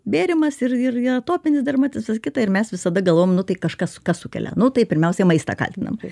gėrimas ir ir atopinis dermatitas ir kitą ir mes visada galvojam nu tai kažkas kas sukelia nu tai pirmiausia maistą kaltinam